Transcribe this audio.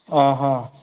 অঁ অঁ